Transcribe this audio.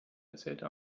erzählte